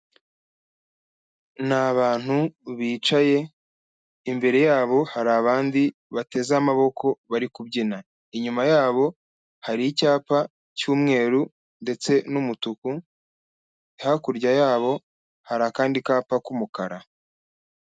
Ni abantu bicaye, imbere yabo hari abandi bateze amaboko bari kubyina, inyuma yabo hari icyapa cy'umweru ndetse n'umutuku, hakurya yabo hari akandi kapa k'umukara.